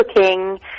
cooking